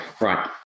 Right